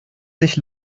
sich